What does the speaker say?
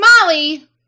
molly